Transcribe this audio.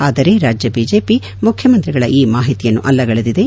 ಆದರೆ ರಾಜ್ಯ ಬಿಜೆಪಿ ಮುಖ್ಯಮಂತ್ರಿಗಳ ಈ ಮಾಹಿತಿಯನ್ನು ಅಲ್ಲಗಳೆದಿದೆ